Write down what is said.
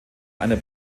einer